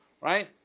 right